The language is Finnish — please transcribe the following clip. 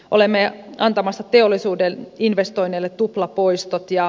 olemme antamassa teollisuuden investoinneille tuplapoistot